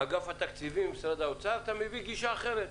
אגף התקציבים, משרד האוצר, אתה מביא גישה אחרת.